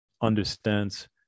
understands